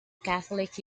catholic